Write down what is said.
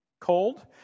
cold